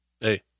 Hey